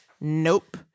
Nope